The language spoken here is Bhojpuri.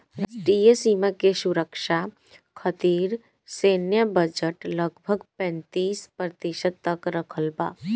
राष्ट्रीय सीमा के सुरक्षा खतिर सैन्य बजट लगभग पैंतीस प्रतिशत तक रखल बा